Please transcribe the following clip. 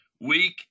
week